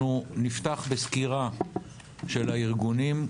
אנחנו נפתח בסקירה של הארגונים.